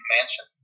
Mansion